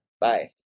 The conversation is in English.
Bye